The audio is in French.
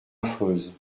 affreuse